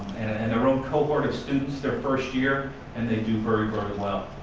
and their own cohort of students their first year and they do very, very well.